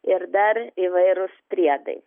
ir dar įvairūs priedai